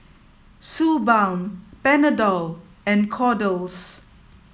Suu Balm Panadol and Kordel's